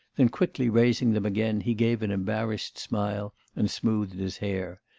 then quickly raising them again, he gave an embarrassed smile and smoothed his hair.